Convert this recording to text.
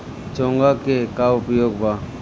चोंगा के का उपयोग बा?